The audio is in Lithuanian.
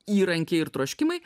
įrankiai ir troškimai